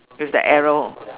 with the arrow